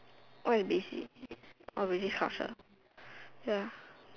what is basic oh ready courses ya